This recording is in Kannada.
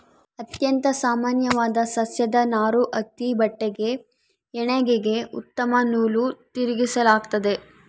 ಅತ್ಯಂತ ಸಾಮಾನ್ಯವಾದ ಸಸ್ಯದ ನಾರು ಹತ್ತಿ ಬಟ್ಟೆಗೆ ಹೆಣಿಗೆಗೆ ಉತ್ತಮ ನೂಲು ತಿರುಗಿಸಲಾಗ್ತತೆ